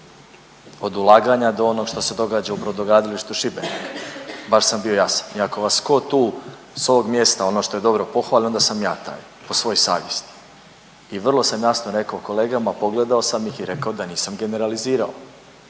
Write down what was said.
od ulaganja do onog što se događa u brodogradilištu Šibenik, baš sam bio jasan. I ako vas tko tu sa ovog mjesta ono što je dobilo pohvale onda sam ja taj po svojoj savjesti. I vrlo sam jasno rekao kolegama, pogledao sam ih i rekao da nisam generalizirao.